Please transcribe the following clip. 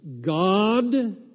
God